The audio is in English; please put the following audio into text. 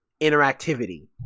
interactivity